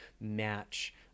match